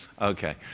Okay